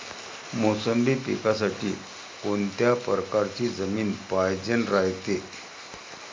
मोसंबी पिकासाठी कोनत्या परकारची जमीन पायजेन रायते?